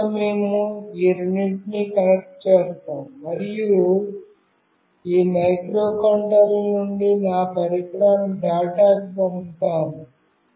మొదట మేము ఈ రెండింటినీ కనెక్ట్ చేస్తాము మరియు ఈ మైక్రోకంట్రోలర్ నుండి నా పరికరానికి డేటాను పంపుతాము